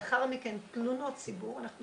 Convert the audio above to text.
לאחר מכן תלונות ציבור.